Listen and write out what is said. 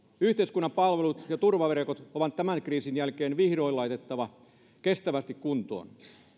yhteiskunnan palvelut ja turvaverkot on tämän kriisin jälkeen vihdoin laitettava kestävästi kuntoon